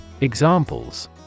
Examples